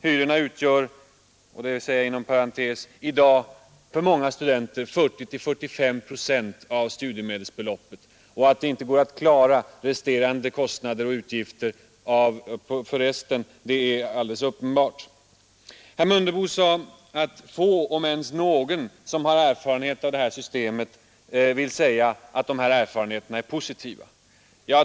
Hyrorna utgör — detta parentes — i dag för många studenter 40—45 procent av studiemedelsbeloppet, och att det inte går att klara resterande kostnader och utgifter på äger jag inom resten är alldeles uppenbart. Herr Mundebo sade att få, om ens någon, som har erfarenheter av systemet vill säga att de erfarenheterna är positiva.